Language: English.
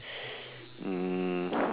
mm